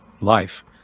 life